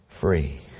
free